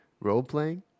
role-playing